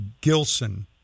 Gilson